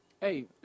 Hey